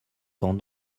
tend